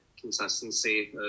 consistency